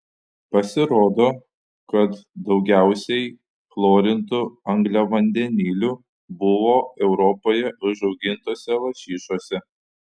pasirodo kad daugiausiai chlorintų angliavandenilių buvo europoje užaugintose lašišose